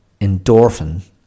endorphin